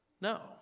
No